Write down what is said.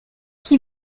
qui